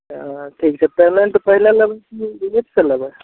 ठीक छै पेमेंट पहिले लेबय कि लेटसँ लेबय